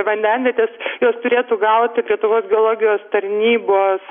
vandenvietės jos turėtų gauti lietuvos geologijos tarnybos